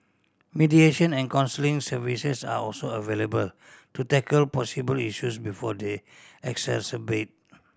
mediation and counselling services are also available to tackle possibly issues before they exacerbate